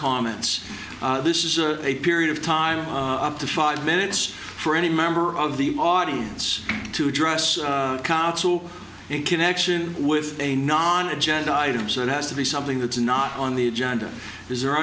comments this is a period of time up to five minutes for any member of the audience to address council in connection with a non agenda items that has to be something that's not on the agenda is there